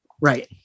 Right